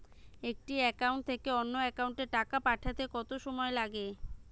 একটি একাউন্ট থেকে অন্য একাউন্টে টাকা পাঠাতে কত সময় লাগে?